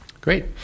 great